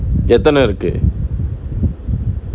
எத்தன இருக்கு:ethana irukku